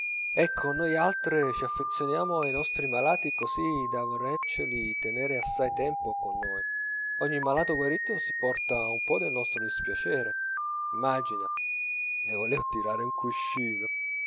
ecco noialtre ci affezioniamo ai nostri malati così da volerceli tenere assai tempo con noi ogni malato guarito si porta un po del nostro dispiacere immagina le volevo tirare un cuscino